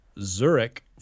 Zurich